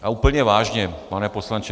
A úplně vážně, pane poslanče.